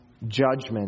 judgment